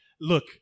Look